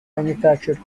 manufactured